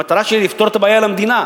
המטרה שלי לפתור את הבעיה למדינה,